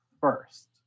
first